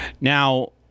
Now